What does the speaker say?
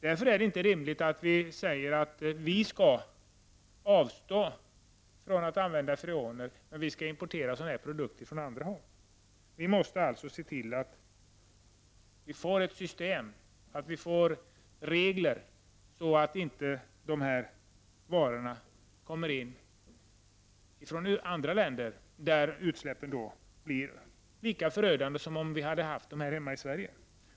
Därför är det inte rimligt att vi säger att vi skall avstå från att använda freoner men att vi från andra länder skall importera produkter som innehåller freoner. Vi måste alltså se till att vi får ett system och regler som innebär att dessa varor inte kommer in i Sverige från andra länder. Utsläppen blir lika förödande om de sker i andra länder som om de sker i Sverige.